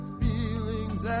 feelings